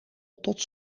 tot